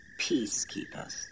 Peacekeepers